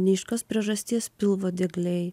neaiškios priežasties pilvo diegliai